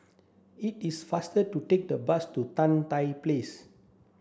it is faster to take the bus to Tan Tye Place